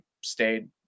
stayed